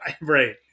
Right